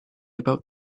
about